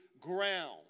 ground